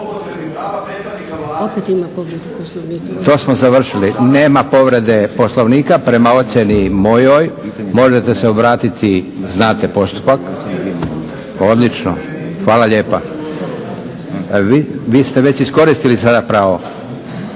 …/Upadica se ne čuje./… To smo završili, nema povrede Poslovnika prema ocjeni mojoj. Možete se obratiti, znate postupak, odlično. Hvala lijepa. Vi ste već iskoristili sada pravo,